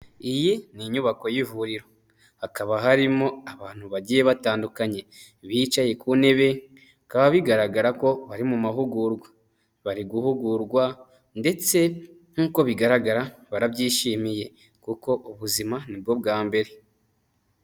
Iyi ni inyubako y'ivuriro, hakaba harimo abantu bagiye batandukanye bicaye ku ntebe bikaba bigaragara ko bari mu mahugurwa. Bari guhugurwa ndetse nk'uko bigaragara barabyishimiye kuko ubuzima nibwo bwa mbere.